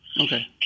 okay